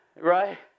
Right